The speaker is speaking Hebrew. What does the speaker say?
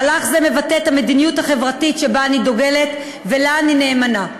מהלך זה מבטא את המדיניות החברתית שבה אני דוגלת ולה אני נאמנה.